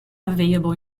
available